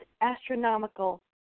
astronomical